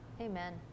Amen